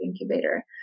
incubator